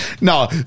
No